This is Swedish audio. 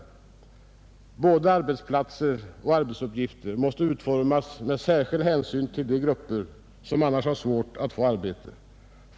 ”Både arbetsplatser och arbetsuppgifter måste utformas med särskild hänsyn till de grupper som annars har svårt att få arbete på den öppna arbetsmarknaden.